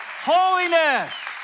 holiness